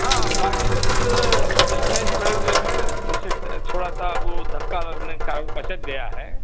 हाँ बाडी में कुछ इस्क्रैच पड़े हुए हैं जिससे थोड़ा सा वो धक्का लग में कार पचक गया है